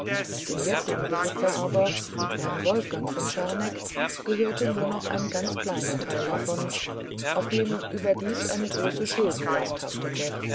dem jetzigen besitzer aber herrn wolfgang von scharneck gehörte nur noch ein ganz kleiner teil davon auf dem überdies eine große schuldenlast haftete